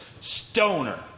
Stoner